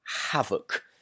havoc